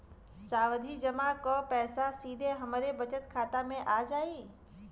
सावधि जमा क पैसा सीधे हमरे बचत खाता मे आ जाई?